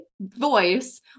voice